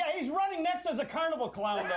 he's running next as a carnival clown,